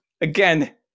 again